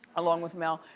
along with mel.